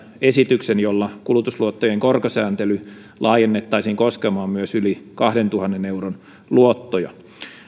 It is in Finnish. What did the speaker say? esityksen jolla kulutusluottojen korkosääntely laajennettaisiin koskemaan myös yli kahdentuhannen euron luottoja